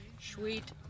Sweet